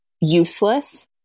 useless